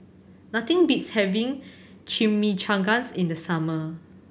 nothing beats having Chimichangas in the summer